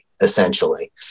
essentially